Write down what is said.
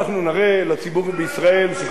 שכל דבר נדחה,